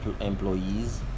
employees